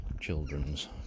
children's